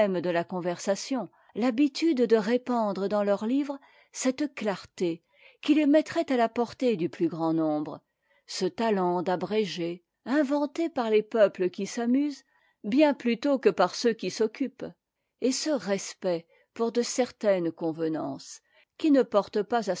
de la conversation l'habitude de répandre dans leurs livres cette clarté qui les mettrait à la portée du plus grand nombre ce talent d'abréger inventé par les peuples qui s'amusent bien plutôt que par ceux qui's'occupent et ce respect pour de certaines convenances qui ne porte pas